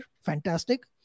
fantastic